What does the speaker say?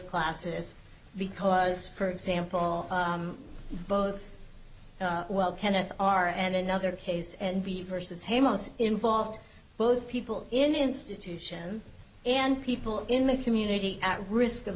classes because for example both well kenneth r and another case and b versus hey most involved both people in institutions and people in the community at risk of